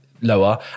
lower